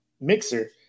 mixer